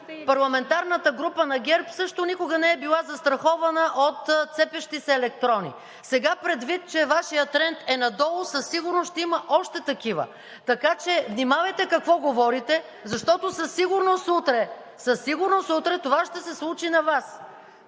парламентарната група на ГЕРБ също никога не е била застрахована от цепещи се електрони. Сега предвид, че Вашият тренд е надолу, със сигурност ще има още такива. Така че, внимавайте какво говорите, защото със сигурност утре – със сигурност утре, това ще се случи на Вас.